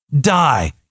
die